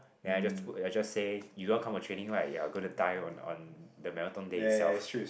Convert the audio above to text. then I just ah I just say you don't want come for training right you're gonna die on on the marathon day itself